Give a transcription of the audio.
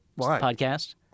podcast